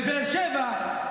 בבאר שבע.